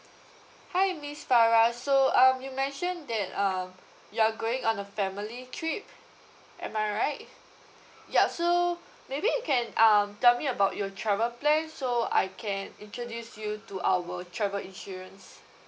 hi miss farah so um you mention that um you're going on a family trip am I right ya so maybe you can um tell me about your travel plan so I can introduce you to our travel insurance